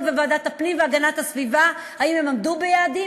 בוועדת הפנים והגנת הסביבה אם הם עמדו ביעדים,